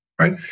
right